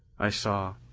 i saw,